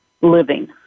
living